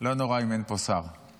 לא נורא אם אין פה שר --- אני